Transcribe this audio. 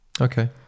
okay